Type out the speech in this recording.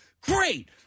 Great